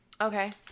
Okay